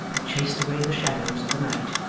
and chased away the shadows of the night.